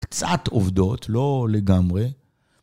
קצת עובדות, לא לגמרי.